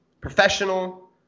professional